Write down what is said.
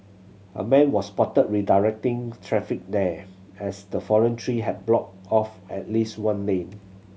a man was spotted redirecting traffic there as the fallen tree have blocked off at least one lane